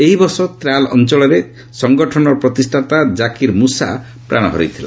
ଏହି ବର୍ଷ ତ୍ରାଲ୍ ଅଞ୍ଚଳରେ ସଂଗଠନର ପ୍ରତିଷ୍ଠାତା ଜାକିର୍ ମୁସା ପ୍ରାଣହରାଇଥିଲା